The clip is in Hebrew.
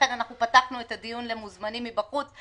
ולכן אנחנו פתחנו את הדיון למוזמנים מבחוץ.